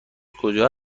کجا